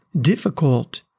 difficult